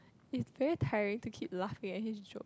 is very tiring to keep laughing at his joke